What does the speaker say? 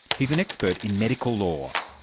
he's an expert in medical law.